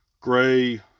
gray